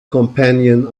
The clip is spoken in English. companion